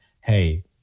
hey